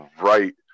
right